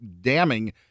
damning